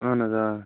اہن حظ آ